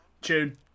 Tune